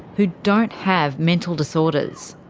who don't have mental disorders.